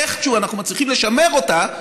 איכשהו אנחנו מצליחים לשמר אותה,